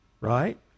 right